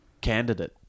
candidate